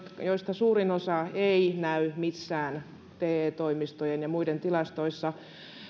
joista suurin osa ei näy missään te toimistojen ja muiden tilastoissa